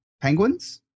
penguins